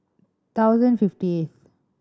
thousand fifty eight